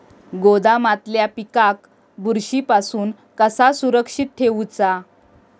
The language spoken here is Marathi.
गोदामातल्या पिकाक बुरशी पासून कसा सुरक्षित ठेऊचा?